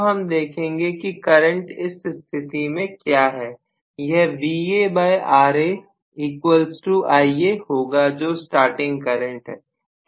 तब हम देखेंगे कि करंट इस स्थिति में क्या है यह VaRaIa होगा जो स्टार्टिंग करंट है